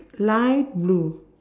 light blue